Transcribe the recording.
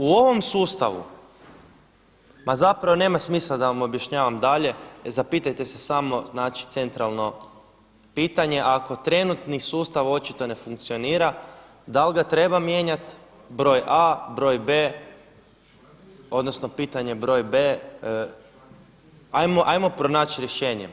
U ovom sustavu ma zapravo nema smisla da vam objašnjavam dalje, zapitajte se samo centralno pitanje, ako trenutni sustav očito ne funkcionira, da li ga treba mijenjati broj a, broj b odnosno pitanje broj b ajmo pronaći rješenje.